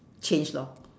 change lor